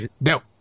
No